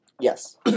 Yes